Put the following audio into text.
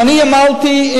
ואני אמרתי,